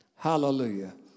Hallelujah